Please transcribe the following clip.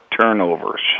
turnovers